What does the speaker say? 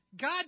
God